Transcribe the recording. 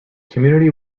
community